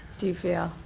do you feel?